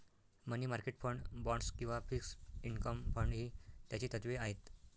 मनी market fund, bonds किंवा fixed income fund ही त्याची तत्त्वे आहेत